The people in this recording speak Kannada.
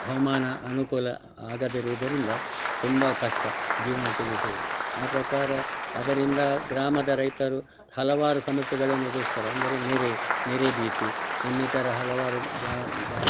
ಹವಾಮಾನ ಅನುಕೂಲ ಆಗದಿರುವುದರಿಂದ ತುಂಬ ಕಷ್ಟ ಜೀವನ ತೆಗೆಸುವುದು ಆ ಪ್ರಕಾರ ಅದರಿಂದ ಗ್ರಾಮದ ರೈತರು ಹಲವಾರು ಸಮಸ್ಯೆಗಳನ್ನು ಎದುರಿಸ್ತಾರೆ ಅಂದರೆ ನೆರೆ ನೆರೆ ಭೀತಿ ಇನ್ನಿತರ ಹಲವಾರು ಜಾ ಬಾ